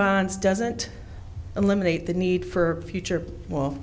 bonds doesn't eliminate the need for future